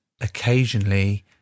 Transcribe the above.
occasionally